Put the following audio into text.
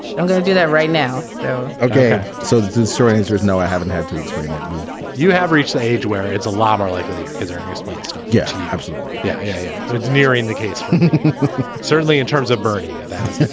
i'm going to do that right now okay. so this is strange. there's no i haven't had to explain it we've you have reached the age where it's a lot more like ah your kids earning explains stuff. yes, yeah absolutely. yeah. yeah, yeah. it's nearing the case certainly in terms of bernie that's it.